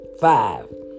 five